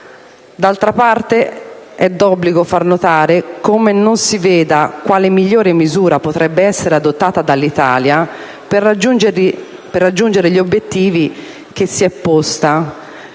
D'altra parte, è d'obbligo far notare come non si veda quale migliore misura potrebbe essere adottata dall'Italia per raggiungere gli obiettivi che si è posta.